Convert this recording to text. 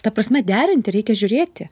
ta prasme derinti reikia žiūrėti